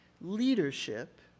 leadership